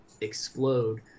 explode